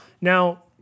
Now